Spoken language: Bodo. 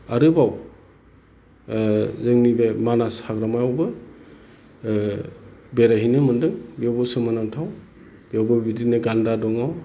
आरोबाव जोंनि बे मानास हाग्रामायावबो बेरायहैनो मोनदों बेयावबो सोमोनांथाव बेयावबो बिदिनो गान्दा दङ